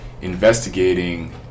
investigating